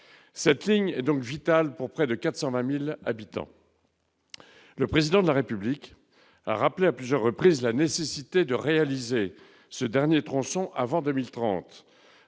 Cette ligne est donc vitale pour près de 420 000 habitants ! Le Président de la République a rappelé à plusieurs reprises la nécessité que ce dernier tronçon soit